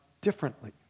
differently